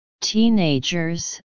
teenagers